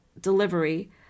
delivery